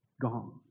gone